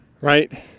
right